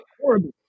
horrible